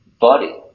body